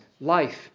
life